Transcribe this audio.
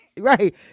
right